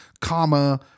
comma